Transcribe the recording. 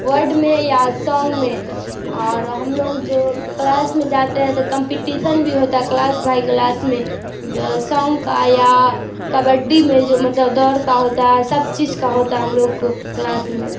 word میں یا song میں اور ہم لوگ جو کلاس میں جاتے ہیں تو کمپٹیسن بھی ہوتا ہے کلاس بائی کلاس میں سانگ کا یا کبڈی میں جو مطلب دوڑ کا ہوتا ہے سب چیز کا ہوتا ہے ہم لوگ کو کلاس میں